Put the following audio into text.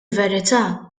verità